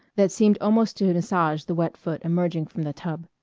that seemed almost to massage the wet foot emerging from the tub.